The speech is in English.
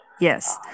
Yes